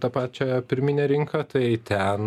tą pačią pirminę rinką tai ten